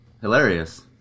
hilarious